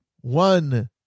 one